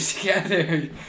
together